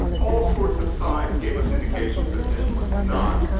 all sorts of signs gave us indications that this was not,